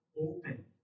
open